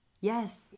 Yes